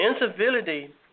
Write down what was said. incivility